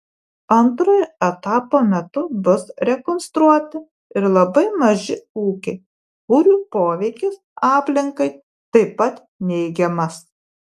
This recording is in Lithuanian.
antrojo etapo metu bus rekonstruoti ir labai maži ūkiai kurių poveikis aplinkai taip pat neigiamas